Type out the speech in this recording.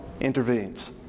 intervenes